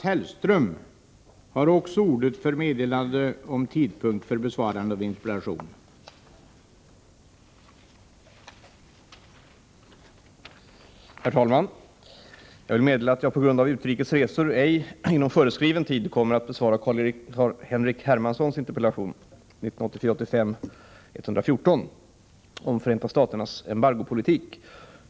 Herr talman! Jag vill meddela att jag på grund av utrikes resor ej inom föreskriven tid kommer att besvara Carl-Henrik Hermanssons interpellation 1984/85:114 om Förenta staternas embargopolitik.